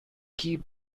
keep